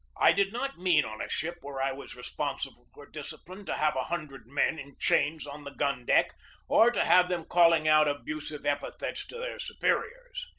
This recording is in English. i did not mean on a ship where i was responsible for discipline to have a hundred men in chains on the gun-deck or to have them calling out abusive epi thets to their superiors.